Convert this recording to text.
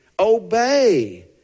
Obey